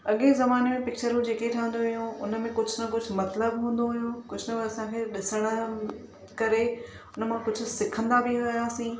अॻे ज़माने में पिक्चरूं जेके ठहंदी हुयूं हुन में कुझु न कुझु मतिलबु हूंदो हुयो कुझु न कुझु असांखे ॾिसण करे हुनमां कुझु सिखंदा बि हुआसीं